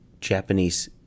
Japanese